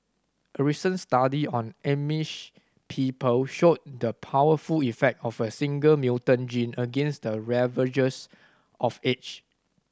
a recent study on Amish people showed the powerful effect of a single mutant gene against the ravages of age